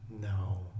No